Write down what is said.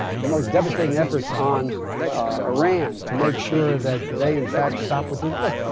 the most devastating efforts on iran to make sure that they in fact stop with their look,